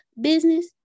business